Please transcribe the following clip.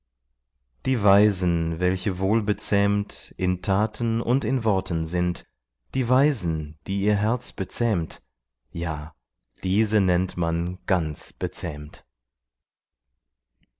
die weisen welche wohlbezähmt in taten und in worten sind die weisen die ihr herz bezähmt ja diese nennt man ganz bezähmt